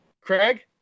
Craig